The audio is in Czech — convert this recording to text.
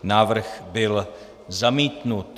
Návrh byl zamítnut.